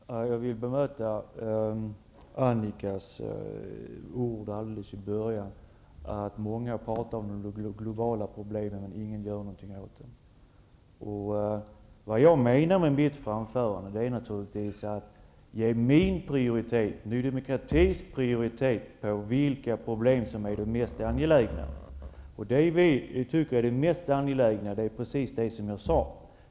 Herr talman! Jag vill bemöta det Annika Åhnberg sade alldeles i början av sitt anförande om att många talar om de globala problemen, men ingen gör någonting åt dem. Vad jag avsåg med mitt anförande var att ange min prioritering, Ny Demokratis prioritering, när det gäller vilka problem som är de mest angelägna. Det mest angelägna är precis det som jag sade.